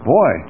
Boy